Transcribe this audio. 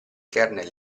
kernel